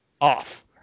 off